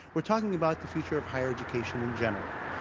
we're talking about the future of higher education in general.